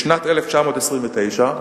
בשנת 1929,